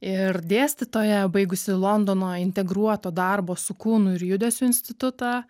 ir dėstytoja baigusi londono integruoto darbo su kūnu ir judesiu institutą